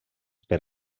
per